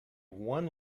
one